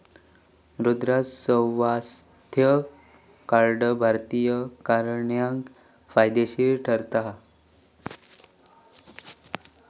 मृदा स्वास्थ्य कार्ड भारतीय करणाऱ्याक फायदेशीर ठरता हा